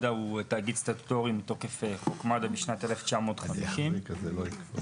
מד"א הוא תאגיד סטטוטורי מתוקף חוק מגן דוד אדום משנת 1950. המסגרת